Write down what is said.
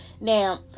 now